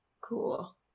Cool